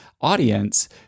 audience